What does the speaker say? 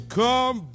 come